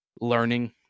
learning